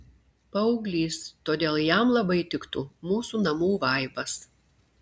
paauglys todėl jam labai tiktų mūsų namų vaibas